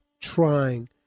trying